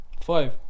Five